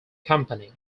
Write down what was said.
company